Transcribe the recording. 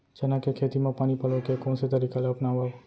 चना के खेती म पानी पलोय के कोन से तरीका ला अपनावव?